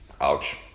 Ouch